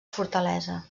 fortalesa